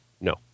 no